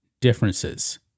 differences